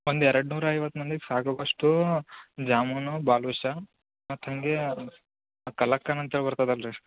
ಒಂದು ಎರಡು ನೂರೈವತ್ತು ಮಂದಿಗೆ ಸಾಕಾಗುವಷ್ಟೂ ಜಾಮೂನು ಬಾಲುಷಾ ಮತ್ತೆ ಹಾಗೇ ಆ ಕಲ್ಲಕ್ಕನಂತೇಳಿ ಬರ್ತದೆ ಅಲ್ಲ ರೀ